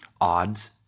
odds